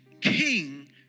king